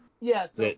Yes